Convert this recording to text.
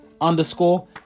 underscore